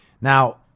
Now